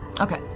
Okay